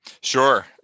Sure